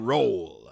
Roll